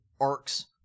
arcs